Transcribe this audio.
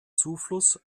zufluss